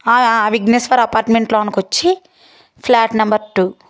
ఆ విఘ్నేశ్వర అపార్ట్మెంట్లోనికి వచ్చి ప్లాట్ నెంబర్ టూ